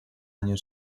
año